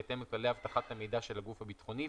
בהתאם לכללי אבטחת המידע של הגוף הביטחוני,